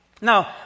Now